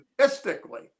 statistically